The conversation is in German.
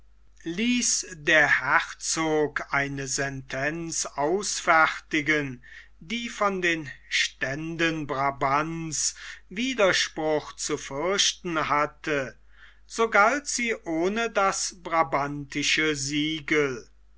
ließ der herzog eine sentenz ausfertigen die von den ständen brabants widerspruch zu fürchten hatte so galt sie ohne das brabantische siegel